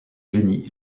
génie